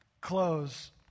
close